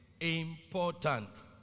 important